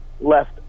left